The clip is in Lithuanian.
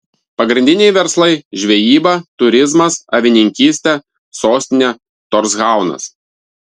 pagrindiniai verslai žvejyba turizmas avininkystė sostinė torshaunas